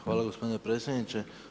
Hvala gospodine predsjedniče.